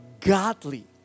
godly